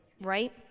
right